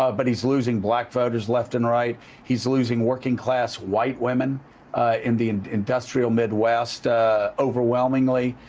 ah but he's losing black voters left and right. he's losing working-class, white women in the and industrial midwest overwhelmingly.